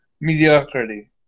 mediocrity